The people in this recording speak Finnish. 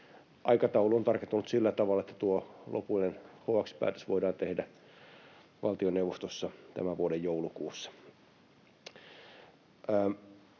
Aikataulu on tarkentunut sillä tavalla, että tuo lopullinen HX-päätös voidaan tehdä valtioneuvostossa tämän vuoden joulukuussa.